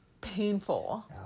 painful